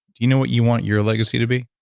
do you know what you want your legacy to be?